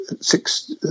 six